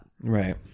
Right